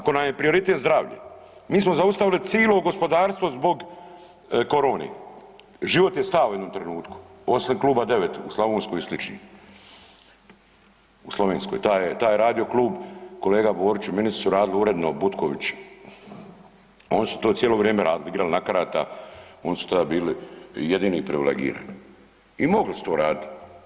Ako nam je prioritet zdravlje, mi smo zaustavili cijelo gospodarstvo zbog korone, život je stao u jednom trenutku osim kluba 9 u Slavonskoj i slični u Slovenskoj, taj je radio klub kolega Boriću ministri su radili uredno Butković, oni su to cijelo vrijeme radili igrali na karta, oni su tada bili jedini privilegirani i mogli su to raditi.